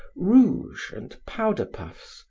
rouge and powder-puffs,